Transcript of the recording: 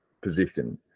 position